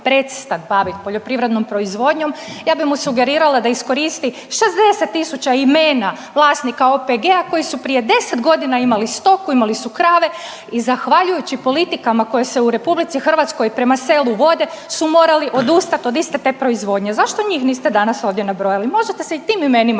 prestat bavit poljoprivrednom proizvodnjom. Ja bi mu sugerirala da iskoristi 60.000 imena vlasnika OPG-a koji su prije 10 godina imali stoku, imali su krave i zahvaljujući politikama koje se u RH prema selu vode su morali odustat od iste te proizvodnje. Zašto njih niste danas ovdje nabrojali? Možete se i tim imenima